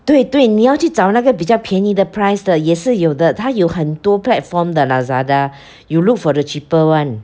对对你要去找那个比较便宜的 price 的也是有的它有很多 platform 的 Lazada you look for the cheaper [one]